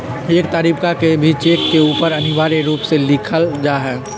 एक तारीखवा के भी चेक के ऊपर अनिवार्य रूप से लिखल जाहई